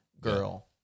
girl